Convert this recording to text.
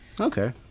okay